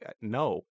no